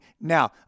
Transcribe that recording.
Now